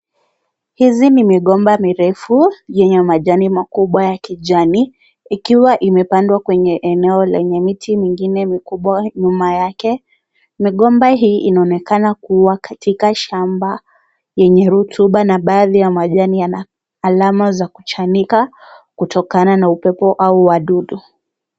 Hizi ni migomba mirefu yenye majani makubwa ya kijani ikiwa imepandwa kwenye eneo lenye miti mingine mikubwa nyuma yake migomba hii inaonekana kuwa katika shamba yenye rutuba na baadhi ya majani yana alama za kuchanika kutokana na upepo au wadudu.